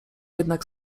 jednak